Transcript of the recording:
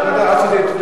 אני מציע, לא אצלך.